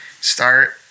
start